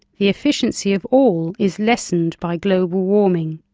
the efficiency of all is lessened by global warming.